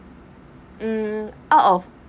mm out of